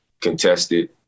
contested